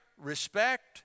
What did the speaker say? respect